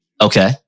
Okay